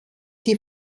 die